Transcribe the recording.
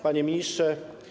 Panie Ministrze!